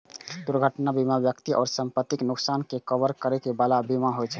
दुर्घटना बीमा व्यक्ति आ संपत्तिक नुकसानक के कवर करै बला बीमा होइ छे